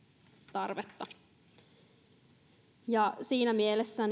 tarvetta siinä mielessä